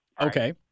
Okay